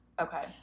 Okay